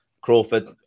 Crawford